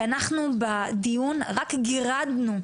אנחנו בדיון רק גירדנו,